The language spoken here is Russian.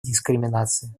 дискриминации